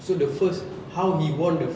so the first how he won the